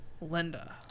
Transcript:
Linda